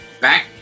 back